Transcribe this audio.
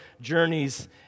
journeys